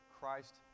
Christ